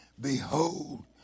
Behold